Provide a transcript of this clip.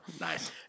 Nice